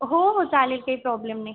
हो हो चालेल काही प्रॉब्लेम नाही